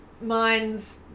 mines